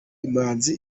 imanzi